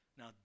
Now